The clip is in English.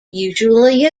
usually